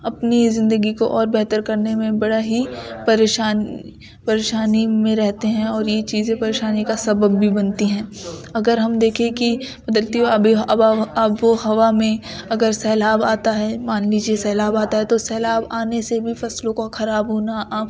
اپنی زندگی کو اور بہتر کرنے میں بڑا ہی پریشان پریشانی میں رہتے ہیں اور یہ چیزیں پریشانی کا سبب بھی بنتی ہیں اگر ہم دیکھیں کہ قدرتی آب و ہوا میں اگر سیلاب آتا ہے مان لیجیے سیلاب آتا ہے تو سیلاب آنے سے بھی فصلوں کو خراب ہونا عام